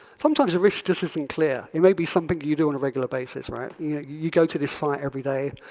sometimes the risk just isn't clear. it may be something you do on a regular basis, right? yeah you go to this site every day,